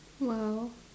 !wow!